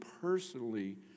personally